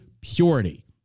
purity